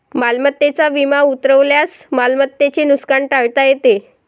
मालमत्तेचा विमा उतरवल्यास मालमत्तेचे नुकसान टाळता येते